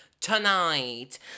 tonight